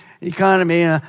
economy